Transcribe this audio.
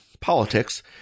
politics